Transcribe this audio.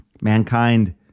Mankind